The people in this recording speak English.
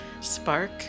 spark